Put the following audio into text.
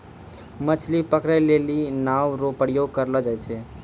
मछली पकड़ै लेली नांव रो प्रयोग करलो जाय छै